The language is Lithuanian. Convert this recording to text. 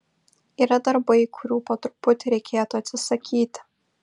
yra darbai kurių po truputį reikėtų atsisakyti